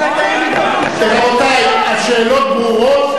רבותי, השאלות ברורות.